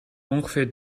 ongeveer